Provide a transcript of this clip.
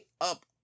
up